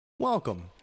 Welcome